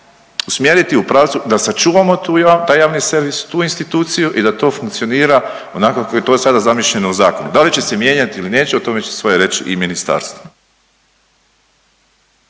usmjeriti u pravcu da sačuvamo taj javni servis, tu instituciju i da to funkcionira onako kako je to sada zamišljeno u Zakonu. Da li će se mijenjati ili neće, o tome će svoje reći i ministarstvo.